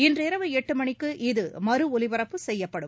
இன்றிரவு எட்டு மணிக்கு இது மறுஒலிபரப்பு செய்யப்படும்